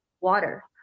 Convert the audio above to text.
water